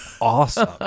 awesome